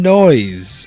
noise